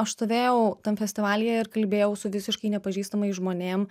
aš stovėjau tam festivalyje ir kalbėjau su visiškai nepažįstamais žmonėm